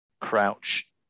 Crouch